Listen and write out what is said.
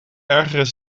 ergeren